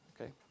Okay